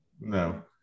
No